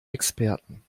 experten